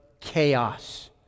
chaos